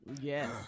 Yes